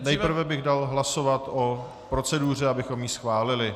Nejprve bych dal hlasovat o proceduře, abychom ji schválili.